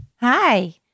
Hi